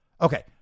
Okay